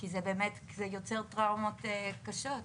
כי זה באמת יוצר טראומות קשות.